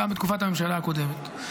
גם בתקופת הממשלה הקודמת.